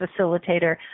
facilitator